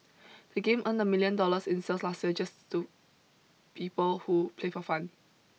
the game earned a million dollars in sales last year just to people who play for fun